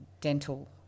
dental –